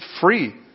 free